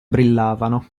brillavano